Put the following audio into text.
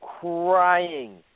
crying